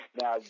Now